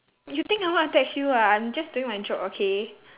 you think I want to text you ah I'm just doing my job okay